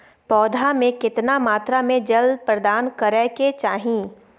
पौधा में केतना मात्रा में जल प्रदान करै के चाही?